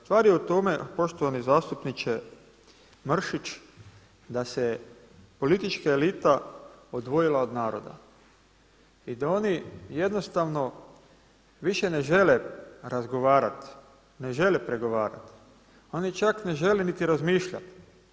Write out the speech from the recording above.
Stvar je u tome, poštovani zastupniče Mrsić da se politička elita odvojila od naroda i da oni jednostavno više ne žele razgovarati, ne žele pregovarati, oni čak ne žele niti razmišljati.